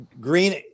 green